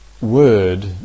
word